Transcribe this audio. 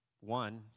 one